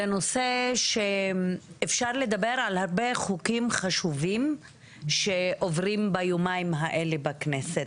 זה נושא שאפשר לדבר על הרבה חוקים חשובים שעוברים ביומיים האלה בכנסת,